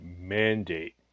mandate